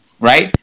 right